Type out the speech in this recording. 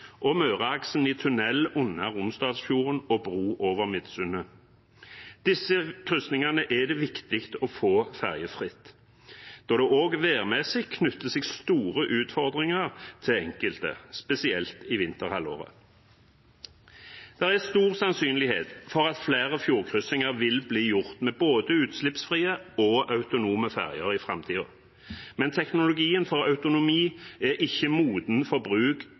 tunnel under Romsdalsfjorden og bro over Midtsund. Disse kryssingene er det viktig å få fergefrie da det også værmessig knytter seg store utfordringer til enkelte, spesielt i vinterhalvåret. Det er stor sannsynlighet for at flere fjordkryssinger vil bli gjort med både utslippsfrie og autonome ferger i framtiden, men teknologien for autonomi er ikke moden for bruk